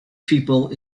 people